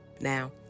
Now